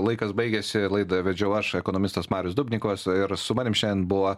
laikas baigėsi laida vedžiau aš ekonomistas marius dubnikovas ir su manim šiandien buvo